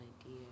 idea